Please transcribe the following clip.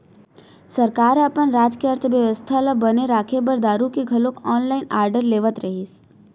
सरकार ह अपन राज के अर्थबेवस्था ल बने राखे बर दारु के घलोक ऑनलाइन आरडर लेवत रहिस